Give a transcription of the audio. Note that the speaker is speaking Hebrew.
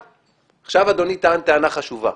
עכשיו אדוני טען טענה חשובה,